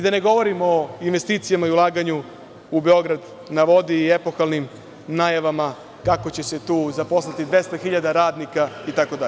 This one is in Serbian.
Da ne govorimo o investicijama i ulaganju u „Beograd na vodi“ i epohalnim najavama kako će se tu zaposliti 200.000 radnika itd.